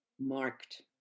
marked